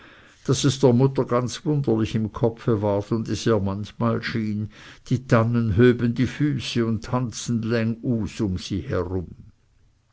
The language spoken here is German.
daß es der mutter ganz wunderlich im kopfe ward und es ihr manchmal schien die tannen höben die füße und tanzten länguus um sie herum